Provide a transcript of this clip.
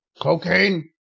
Cocaine